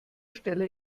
stelle